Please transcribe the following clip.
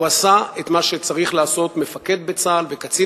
הוא עשה את מה שצריך לעשות מפקד בצה"ל וקצין